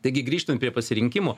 taigi grįžtant prie pasirinkimo